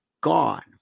gone